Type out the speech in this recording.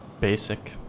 basic